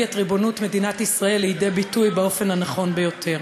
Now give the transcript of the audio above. את ריבונות מדינת ישראל לידי ביטוי באופן הנכון ביותר.